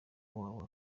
wabo